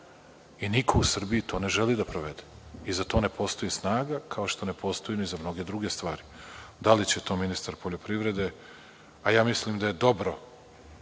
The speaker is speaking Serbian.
Niko u Srbiji to ne želi da provede i za to ne postoji snaga, kao što ne postoji ni za mnoge druge stvari. Da li će to ministar poljoprivrede, a ja mislim da je dobro